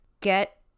get